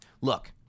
Look